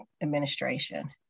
administration